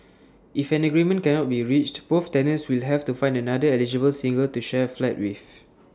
if an agreement cannot be reached both tenants will have to find another eligible single to share flat with